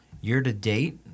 Year-to-date